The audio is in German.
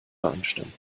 beanstanden